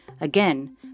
Again